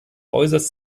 äußerst